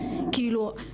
כאילו,